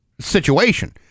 situation